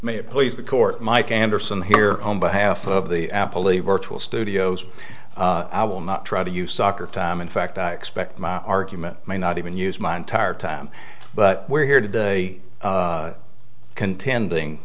it please the court mike anderson here on behalf of the apple a virtual studios i will not try to use sucker time in fact i expect my argument may not even use my entire time but we're here today contending